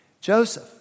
Joseph